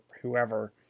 whoever